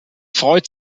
freut